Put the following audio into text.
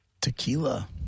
tequila